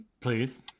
please